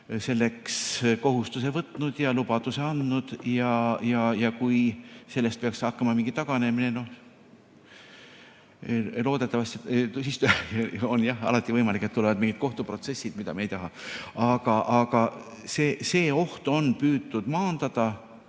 selleks kohustuse võtnud ja lubaduse andnud ja kui sellest peaks hakkama mingi taganemine, siis on alati võimalik, et tulevad mingid kohtuprotsessid. Ja seda me ju ei taha. Aga see oht on püütud maandada